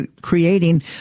creating